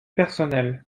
personnels